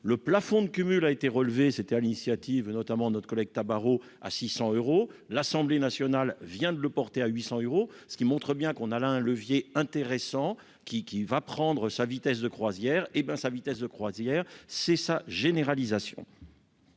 le plafond de cumul a été relevée, c'était à l'initiative notamment notre collègue Tabarot à 600 euros l'Assemblée nationale vient de le porter à 800 euros, ce qui montre bien qu'on a là un levier intéressant qui qui va prendre sa vitesse de croisière, hé ben sa vitesse de croisière, c'est sa généralisation.